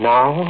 Now